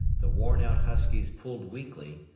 the worn-out huskies pulled weakly,